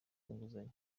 inguzanyo